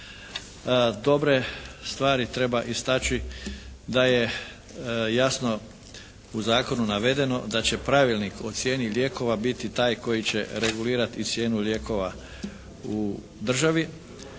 Dobre stvari treba istaći, da je jasno u zakonu navedeno da će pravilnik o cijeni lijekova biti taj koji će regulirati i cijenu lijekova u državi.